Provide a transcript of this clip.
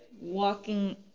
walking